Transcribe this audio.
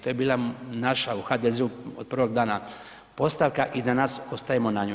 To je bila naša u HDZ-u od prvog danas postavka i danas ostajemo na njoj.